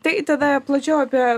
tai tada plačiau apie